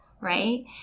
Right